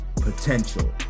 potential